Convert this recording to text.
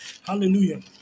Hallelujah